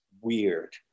weird